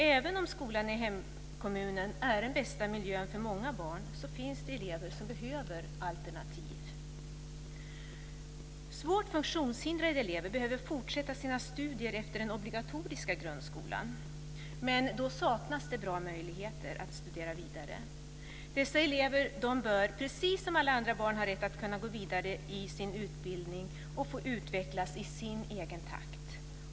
Även om skolan i hemkommunen är den bästa miljön för många barn, finns det elever som behöver alternativ. Svårt funktionshindrade elever behöver fortsätta sina studier efter den obligatoriska grundskolan, men då saknas det bra möjligheter att studera vidare. Dessa elever bör precis som alla andra barn ha rätt att gå vidare i sin utbildning och få utvecklas i sin egen takt.